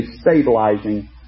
stabilizing